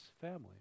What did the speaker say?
family